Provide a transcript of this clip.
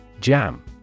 Jam